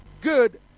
good